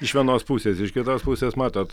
iš vienos pusės iš kitos pusės matot